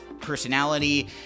personality